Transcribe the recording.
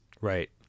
right